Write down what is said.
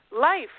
Life